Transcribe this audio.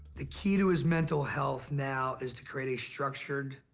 the key to his mental health now is to create a structured,